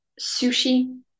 sushi